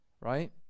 right